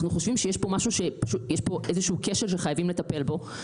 אנחנו חושבים שיש פה כשל שחייבים לטפל בו.